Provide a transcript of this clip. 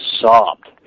sobbed